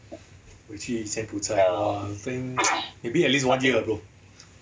回去柬埔寨 I think maybe at least one year ago